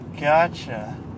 Gotcha